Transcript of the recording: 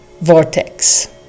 vortex